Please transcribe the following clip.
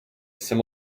jsem